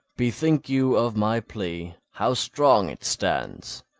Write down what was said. bethink you of my plea, how strong it stands,